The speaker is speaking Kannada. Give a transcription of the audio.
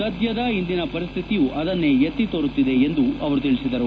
ಸದ್ಯದ ಇಂದಿನ ಪರಿಸ್ಥಿತಿಯು ಅದನ್ನೇ ಎತ್ತಿ ತೋರುತ್ತಿದೆ ಎಂದು ಅವರು ತಿಳಿಸಿದರು